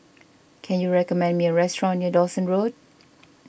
can you recommend me a restaurant near Dawson Road